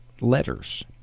letters